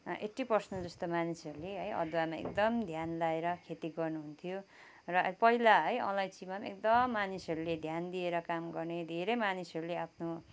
eighty percent जस्तो मानिसहरूले है अदुवामा एकदम ध्यान लाएर खेती गर्नुहुन्थ्यो र पहिला है अलैँचीमा पनि एकदम मानिसहरूले ध्यान दिएर काम गर्ने धेरै मानिसहरूले आफ्नो